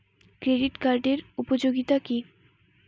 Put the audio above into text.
Credit কার্ডের উপযোগিতা কি?